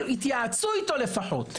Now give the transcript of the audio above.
התייעצו לפחות עם המרכז הארצי למקומות הקדושים?